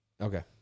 Okay